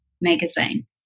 magazine